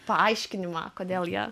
paaiškinimą kodėl jie